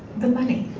the money,